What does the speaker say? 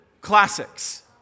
classics